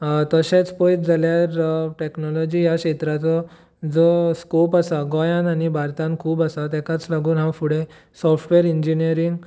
तशेंच पळयत जाल्यार टॅक्नोलाॅजी ह्या क्षेत्राचो जो स्कोप आसा गोंयान आनी भारतान खूब आसा तेकाच लागून हांव फुडें सोफ्टवॅर इंजिनियरींग